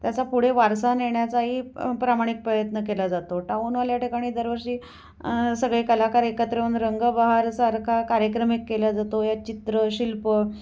त्याचा पुढे वारसा नेण्याचाही प्रामाणिक प्रयत्न केला जातो टाऊन हॉल या ठिकाणी दरवर्षी सगळे कलाकार एकत्र येऊन रंगबहारसारखा कार्यक्रम एक केला जातो यात चित्र शिल्प